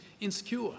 insecure